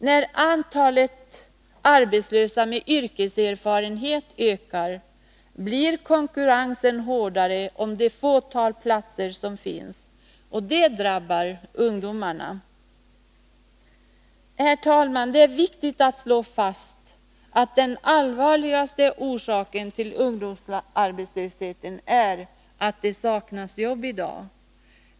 När antalet arbetslösa med yrkeserfarenhet ökar blir konkurrensen hårdare om det fåtal platser som finns, och det drabbar ungdomarna. Herr talman! Det är viktigt att slå fast att den allvarligaste orsaken till ungdomsarbetslösheten är att det saknas jobb i dag.